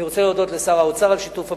אני רוצה להודות לשר האוצר על שיתוף הפעולה,